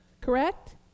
Correct